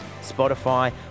Spotify